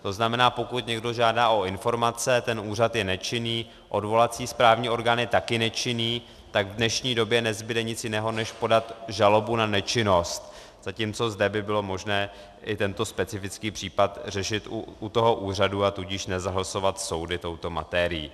To znamená, pokud někdo žádá o informace, ten úřad je nečinný, odvolací správní orgán je také nečinný, tak v dnešní době nezbude nic jiného než podat žalobu na nečinnost, zatímco zde by bylo možné i tento specifický případ řešit u toho úřadu, a tudíž nezahlcovat soudy touto materií.